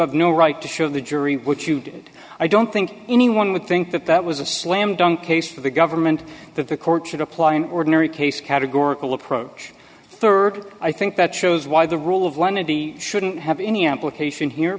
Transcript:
have no right to show the jury which you did i don't think anyone would think that that was a slam dunk case for the government that the court should apply an ordinary case categorical approach third i think that shows why the rule of one of the shouldn't have any application here